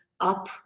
up